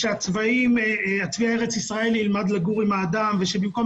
שצבי ארץ ישראל ילמד לגור עם האדם ושבמקום